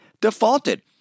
defaulted